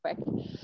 quick